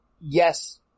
yes